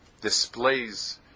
displays